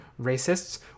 racists